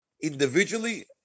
individually